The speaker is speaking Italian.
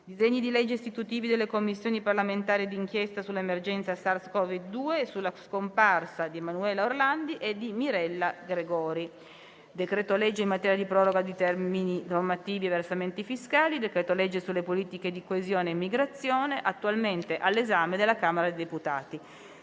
disegni di legge istitutivi delle Commissioni parlamentari d'inchiesta sull'emergenza SARS-Cov-2 e sulla scomparsa di Emanuela Orlandi e di Mirella Gregori; decreto-legge in materia di proroga di termini normativi e versamenti fiscali; decreto-legge sulle politiche di coesione e immigrazione, attualmente all'esame della Camera dei deputati;